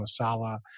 masala